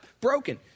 broken